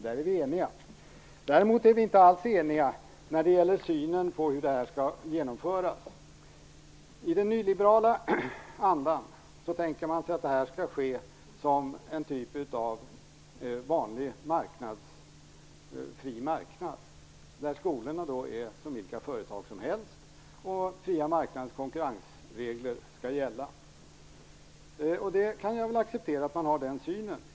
Där är vi eniga. Däremot är vi inte alls eniga när det gäller synen på hur det här skall genomföras. I den nyliberala modellen tänker man sig det här som en typ av vanlig fri marknad, där skolorna är som vilka företag som helst och den fria marknadens konkurrensregler skall gälla. Jag kan acceptera att man har den synen.